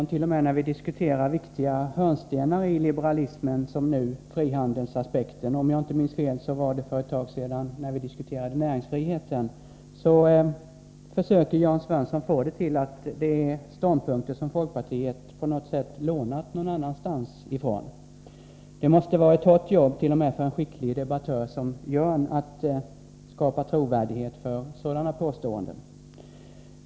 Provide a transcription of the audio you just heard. T.o.m. när vi diskuterar viktiga hörnstenar i liberalismen, som nu frihandelsaspekten — om jag inte minns fel hände detsamma när vi för en tid sedan diskuterade näringsfrihet — försöker Jörn Svensson få det till att folkpartiet på något sätt har lånat sina ståndpunkter någon annanstans ifrån. Det måste vara ett hårt jobb även för en skicklig debattör som Jörn Svensson att skapa trovärdighet för sådana påståenden.